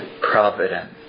providence